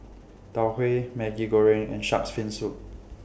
Tau Huay Maggi Goreng and Shark's Fin Soup